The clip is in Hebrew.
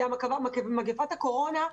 זו מגפת הקורונה,